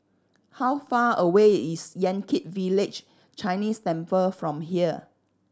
how far away is Yan Kit Village Chinese Temple from here